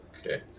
okay